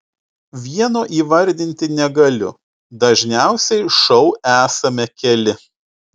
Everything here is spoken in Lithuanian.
vieno įvardinti negaliu dažniausiai šou esame keli